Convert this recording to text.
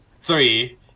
Three